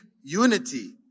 unity